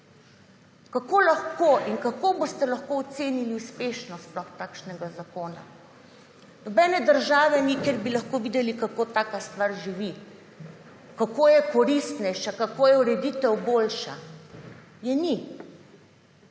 Kako boste sploh lahko ocenili uspešnost takšnega zakona? Nobene države ni, kjer bi lahko videli, kako taka stvar živi, kako je koristnejša, kako je ureditev boljša. Je ni.